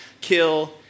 kill